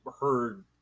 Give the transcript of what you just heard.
heard